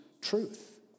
truth